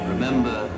Remember